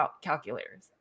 calculators